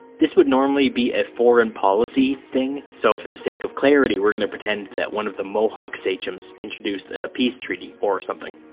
this would normally be a foreign policy thing, so for the sake of clarity we're going to pretend that one of the mohawk sachems introduced a peace treaty or something.